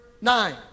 nine